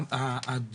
ירצה להשלים.